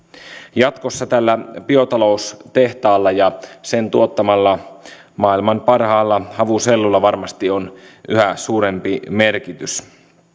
jatkossa tällä biotaloustehtaalla ja sen tuottamalla maailman parhaalla havusellulla varmasti on yhä suurempi merkitys